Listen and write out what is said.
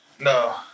No